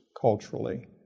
culturally